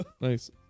Nice